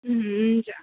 उम् हुन्छ